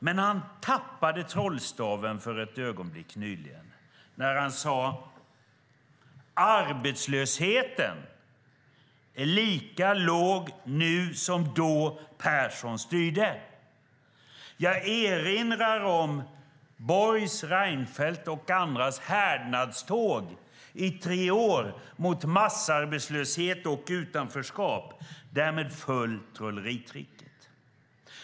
Men han tappade nyligen trollstaven för ett ögonblick när han sade: Arbetslösheten är lika låg nu som då Persson styrde. Jag erinrar om Borgs, Reinfeldts och andras härnadståg i tre år mot massarbetslöshet och utanförskap. Därmed föll trolleritricket.